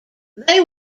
they